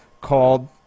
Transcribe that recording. called –